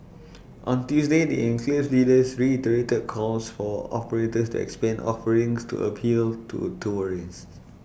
on Tuesday the enclave's leaders reiterated calls for operators to expand offerings to appeal to tourists